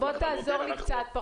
בוא תעזור לי קצת,